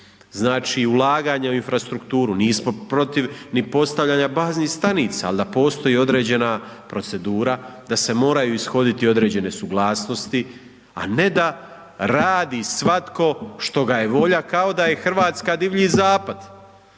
znači, ulaganja u infrastrukturu, nismo protiv ni protiv postavljanja baznih stanica, al da postoji određena procedura da se moraju ishoditi određene suglasnosti, a ne da radi svatko što ga je volja kao da je RH divlji zapad,